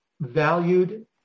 valued